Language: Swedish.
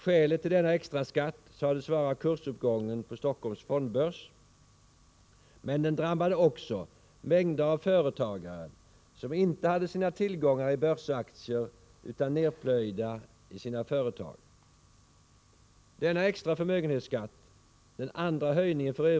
Skälet till denna extraskatt sades vara kursuppgången på Stockholms fondbörs, men den drabbade också mängder av företagare som inte hade sina tillgångar i börsaktier utan nedplöjda i sina företag. Denna extra förmögenhetsskatt, den andra höjningen f.ö.